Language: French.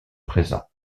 présent